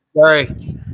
sorry